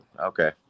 okay